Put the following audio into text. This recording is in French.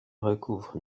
recouvre